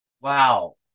Wow